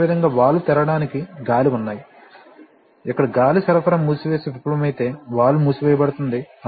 అదేవిధంగా వాల్వ్స్ తెరవడానికి గాలి ఉన్నాయి ఇక్కడ గాలి సరఫరా మూసివేసి విఫలమైతే వాల్వ్ మూసివేయబడుతుంది